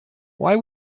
why